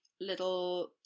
little